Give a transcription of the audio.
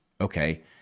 Okay